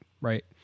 right